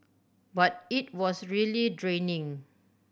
but it was really draining